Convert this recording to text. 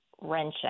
wrenching